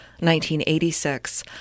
1986